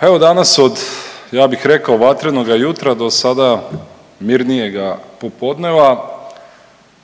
evo danas od ja bih rekao vatrenoga jutra do sada mirnijega popodneva